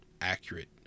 accurate